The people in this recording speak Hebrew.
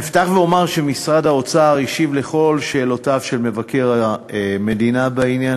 אפתח ואומר שמשרד האוצר השיב לכל שאלותיו של מבקר המדינה בעניין,